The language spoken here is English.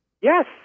Yes